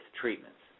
treatments